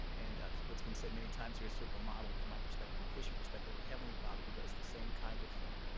and that's what's been said many times here is sort of a model, from my perspective, a um christian perspective, a heavenly father who does the same kind of thing.